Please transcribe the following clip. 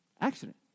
Accident